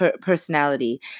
personality